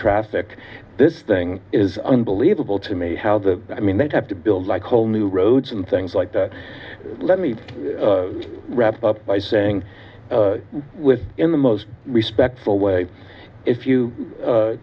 traffic this thing is unbelievable to me how the i mean they have to build like whole new roads and things like that let me wrap up by saying with in the most respectful way if you